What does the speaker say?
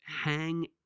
hang